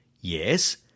Yes